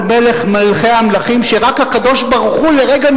בבקשה, אדוני, אני מוסיף לך דקה.